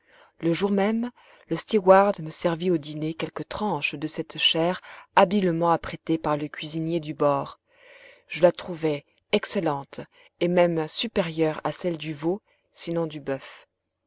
le jour même le stewart me servit au dîner quelques tranches de cette chair habilement apprêtée par le cuisinier du bord je la trouvai excellente et même supérieure à celle du veau sinon du boeuf